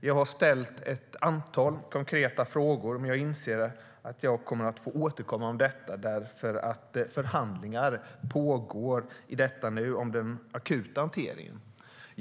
Jag har ställt ett antal konkreta frågor men inser att jag kommer att få återkomma om detta, eftersom förhandlingar om den akuta hanteringen pågår i detta nu.